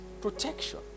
protection